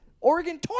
Oregon